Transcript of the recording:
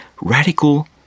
radical